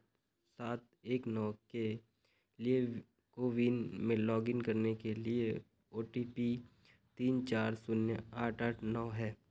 सात एक नौ के लिए कोविन में लॉगइन करने के लिए ओ टी पी तीन चार शून्य आठ आठ नौ है